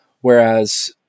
whereas